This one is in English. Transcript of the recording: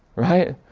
right?